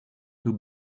two